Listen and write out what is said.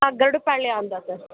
ಹಾಂ ಗರುಡಪಾಳ್ಯ ಅಂತ ಸರ್